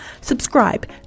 subscribe